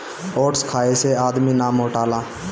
oats खाए से आदमी ना मोटाला